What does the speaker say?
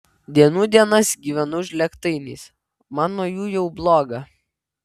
dienų dienas gyvenau žlėgtainiais man nuo jų jau bloga